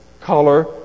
color